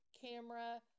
camera